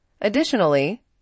Additionally